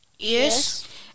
Yes